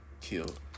killed